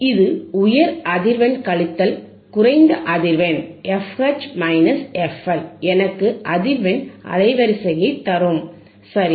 இது உயர் அதிர்வெண் கழித்தல் குறைந்த அதிர்வெண் fH fL எனக்கு அதிர்வெண் அலைவரிசையைத் தரும் சரி